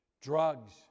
drugs